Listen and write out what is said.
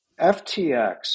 FTX